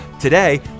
today